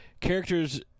characters